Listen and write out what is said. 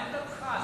מה עמדתך,